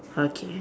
okay